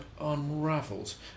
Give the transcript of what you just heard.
unravels